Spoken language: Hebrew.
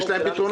יש להם פתרונות?